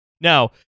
Now